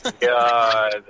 God